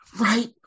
Right